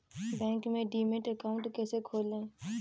Bank में demat account कैसे खोलें?